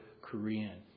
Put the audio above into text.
Korean